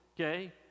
okay